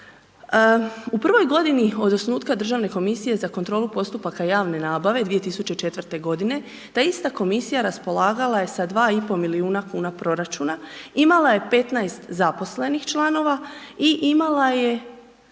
U prvoj godini od osnutka Državne komisije za kontrolu postupka javne nabave 2004. godine ta ista komisija raspolagala je sa 2,5 milijuna kuna proračuna, imala je 15 zaposlenih članova i imala je